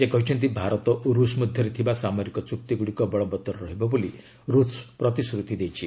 ସେ କହିଛନ୍ତି ଭାରତ ଓ ରୁଷ ମଧ୍ୟରେ ଥିବା ସାମରିକ ଚୁକ୍ତିଗୁଡ଼ିକ ବଳବଉର ରହିବ ବୋଲି ରୁଷ ପ୍ରତିଶ୍ରତି ଦେଇଛି